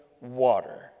water